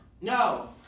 No